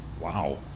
Wow